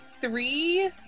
three